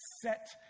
set